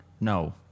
No